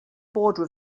border